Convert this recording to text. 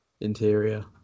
interior